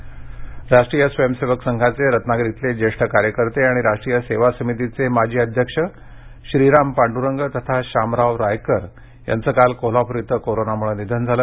निधन राष्ट्रीय स्वयंसेवक संघाचे रत्नागिरीतले ज्येष्ठ कार्यकर्ते आणि राष्ट्रीय सेवा समितीचे माजी अध्यक्ष श्रीराम पांड्रंग तथा शामराव रायकर यांचं काल कोल्हापूर इथं कोरोनामुळे निधन झालं